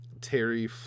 Terry